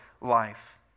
life